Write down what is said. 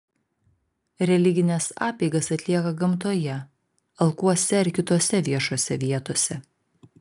religines apeigas atlieka gamtoje alkuose ar kitose viešose vietose